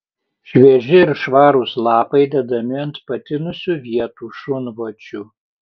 švieži ir švarūs lapai dedami ant patinusių vietų šunvočių